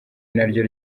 naryo